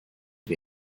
wir